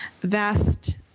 vast